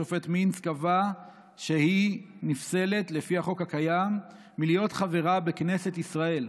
השופט מינץ קבע שהיא נפסלת לפי החוק הקיים מלהיות חברה בכנסת ישראל.